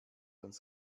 uns